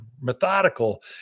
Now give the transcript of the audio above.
methodical